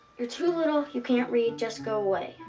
you're too little. you can't read. just go away.